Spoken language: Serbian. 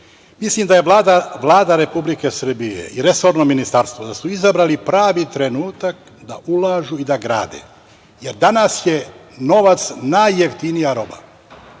Mislim da je Vlada Republike Srbije i resorno ministarstvo, da su izabrali pravi trenutak da ulažu i da grade. Danas je novac najjeftinija roba.